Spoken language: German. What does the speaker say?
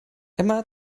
emma